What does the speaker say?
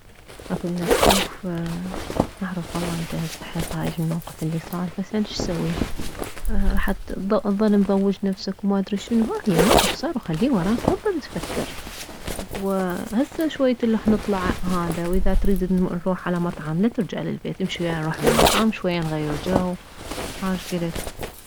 اكلك شوف اعرف والله انت هسه حيل ضايج من الموقف اللي صار بس يعني شسوي راح تظل مضوج نفسك وما ادري شنو هاهي موقف صار وخليه وراك لا تظل تفكر و هسه شوية الخ نطلع هذا واذا تريد نروح على مطعم لا ترجع للبيت امشي وياي نروح بالمطعم شوية نغير جو ها شكلت